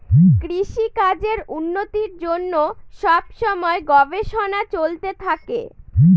কৃষিকাজের উন্নতির জন্য সব সময় গবেষণা চলতে থাকে